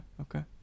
okay